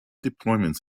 deployments